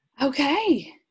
Okay